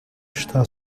está